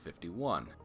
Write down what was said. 51